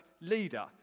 leader